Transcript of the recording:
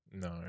No